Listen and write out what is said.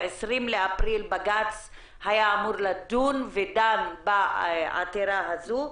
ב-20 באפריל בג"ץ דן בעתירה הזו.